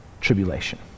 tribulation